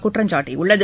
குற்றம்சாட்டியுள்ளது